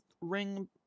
ring